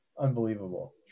unbelievable